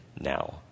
now